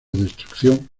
destrucción